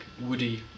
woody